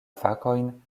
fakojn